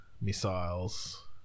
missiles